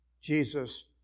Jesus